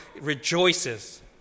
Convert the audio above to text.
rejoices